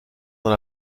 dans